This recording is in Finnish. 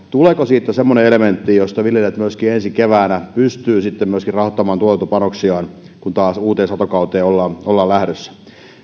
tuleeko siitä semmoinen elementti josta viljelijät myöskin ensi keväänä pystyvät sitten rahoittamaan tuotantopanoksiaan kun taas uuteen satokauteen ollaan ollaan lähdössä